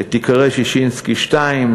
היא תיקרא ועדת ששינסקי 2,